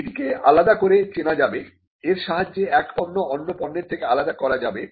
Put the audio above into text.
এটিকে আলাদা করে চেনা যাবে এর সাহায্যে এক পণ্য অন্য পণ্যের থেকে আলাদা করা যাবে